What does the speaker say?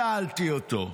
שאלתי אותו.